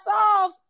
off